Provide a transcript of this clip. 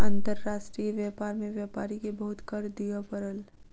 अंतर्राष्ट्रीय व्यापार में व्यापारी के बहुत कर दिअ पड़ल